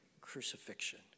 crucifixion